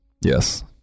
Yes